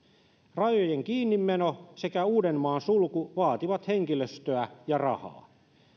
rajojen kiinnimeno sekä uudenmaan sulku vaativat henkilöstöä ja rahaa